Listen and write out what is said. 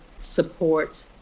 support